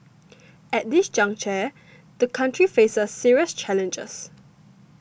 at this juncture the country faces serious challenges